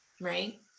right